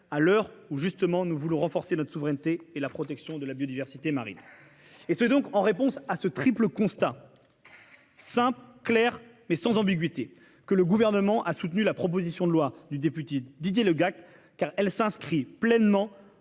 à l'heure où nous voulons renforcer notre souveraineté et accroître la protection de la biodiversité marine. C'est en réponse à ce triple constat, simple, clair et sans ambiguïté que le Gouvernement a soutenu cette proposition de loi du député Didier Le Gac, car elle s'inscrit pleinement